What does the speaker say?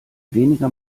weniger